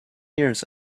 years